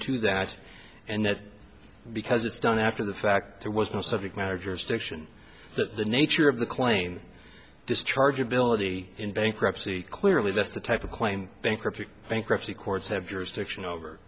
to that and that because it's done after the fact there was no subject matter of your stiction that the nature of the claim discharge ability in bankruptcy clearly that's the type of plane bankruptcy bankruptcy courts have jurisdiction over